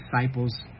disciples